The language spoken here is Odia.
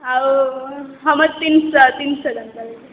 ଆଉ ହଁ ମୁଁ ତିନିଶହ ତିନିଶହ ଟଙ୍କା ଚଳିବ